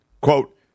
Quote